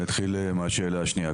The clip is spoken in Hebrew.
אני אתחיל מהשאלה השנייה.